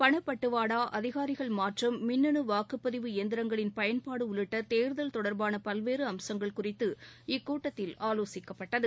பணப்பட்டுவாடா அதிகாரிகள் மாற்றம் மின்னனு வாக்குப்பதிவு இயந்திரங்களின் பயன்பாடு உள்ளிட்ட தேர்தல் தொடர்பான பல்வேறு அம்சங்கள் குறித்து இக்கூட்டத்தில் ஆலோசிக்கப்பட்டது